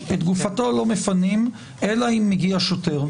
את גופתו לא מפנים, אלא אם מגיע שוטר.